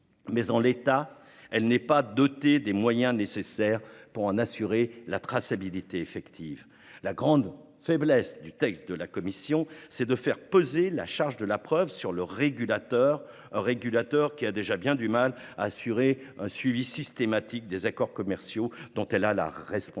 Mais, en l'état, elle n'est pas dotée des moyens nécessaires pour en assurer la traçabilité effective. La grande faiblesse du texte de la Commission, c'est de faire peser la charge de la preuve sur le régulateur, un régulateur qui a déjà bien du mal à assurer un suivi systématique des accords commerciaux dont il a la responsabilité.